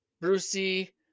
Brucey